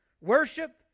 Worship